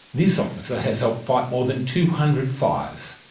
this officer has helped fight more than two hundred fires.